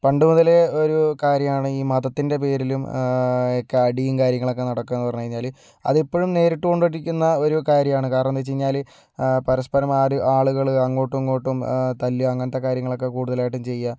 പണ്ടു മുതലേ ഒരു കാര്യമാണ് ഈ മതത്തിൻ്റെ പേരിലും ഒക്കെ അടിയും കാര്യങ്ങളൊക്കെ നടക്കുക എന്ന് പറഞ്ഞു കഴിഞ്ഞാൽ അത് ഇപ്പോഴും നേരിട്ടുകൊണ്ടിരിക്കുന്ന ഒരു കാര്യമാണ് കാരണം എന്തെന്ന് വെച്ചു കഴിഞ്ഞാൽ പരസ്പരം ആര് ആളുകൾ അങ്ങോട്ടും ഇങ്ങോട്ടും തളുക അങ്ങനത്തെ കാര്യങ്ങളൊക്കെ കൂടുതലായിട്ടും ചെയ്യുക